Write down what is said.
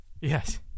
Yes